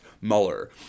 Mueller